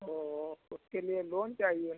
तो उसके लिए लोन चाहिए न